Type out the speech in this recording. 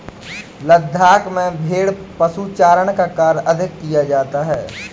लद्दाख में भेड़ पशुचारण का कार्य अधिक किया जाता है